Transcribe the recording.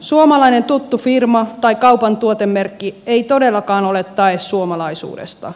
suomalainen tuttu firma tai kaupan tuotemerkki ei todellakaan ole tae suomalaisuudesta